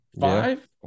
five